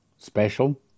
Special